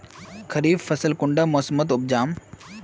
खरीफ फसल कुंडा मोसमोत उपजाम?